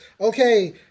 okay